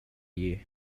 you